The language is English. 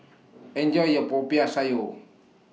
Enjoy your Popiah Sayur